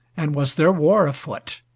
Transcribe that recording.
and was there war afoot,